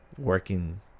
working